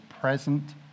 present